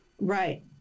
Right